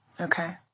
Okay